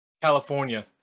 california